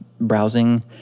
browsing